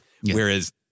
Whereas